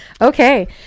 okay